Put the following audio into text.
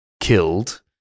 killed